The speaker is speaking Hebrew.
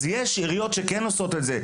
אז יש עיריות שכן עושות את זה.